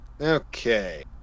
Okay